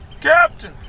Captain